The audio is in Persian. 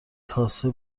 کاسه